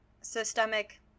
systemic